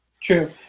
True